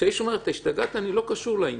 כשהאיש אומר, השתגעת, אני לא קשור לעניין.